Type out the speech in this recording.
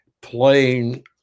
playing